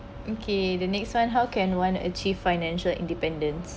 okay the next one how can one achieve financial independence